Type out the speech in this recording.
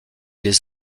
les